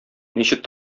ничек